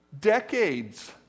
Decades